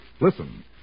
Listen